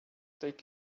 take